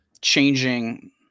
changing